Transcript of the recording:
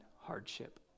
hardship